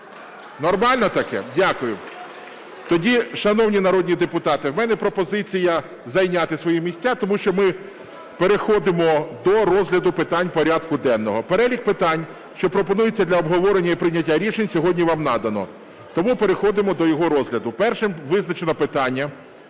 Нормально таке? Дякую. Тоді шановні народні депутати, в мене пропозиція зайняти свої місця, тому що ми переходимо до розгляду питань порядку денного. Перелік питань, що пропонуються для обговорення і прийняття рішень, сьогодні вам надано. Тому переходимо до його розгляду. Першим визначено питання: